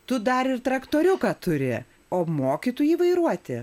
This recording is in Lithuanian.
tu dar ir traktoriuką turi o moki tu jį vairuoti